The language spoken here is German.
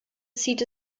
zieht